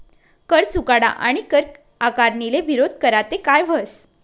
कर चुकाडा आणि कर आकारणीले विरोध करा ते काय व्हस